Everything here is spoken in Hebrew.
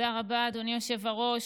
תודה רבה, אדוני היושב-ראש.